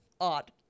Odd